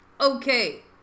Okay